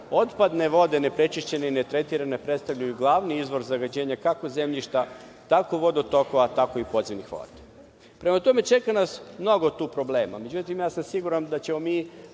otpadne vode ne prečišćene i ne tretirane predstavljaju glavni izvor zagađivanja kako zemljišta, tako vodotokova, tako i podzemnih voda. Prema tome čeka nas tu mnogo problema. Ja sam siguran da ćemo i